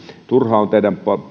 turha on teidän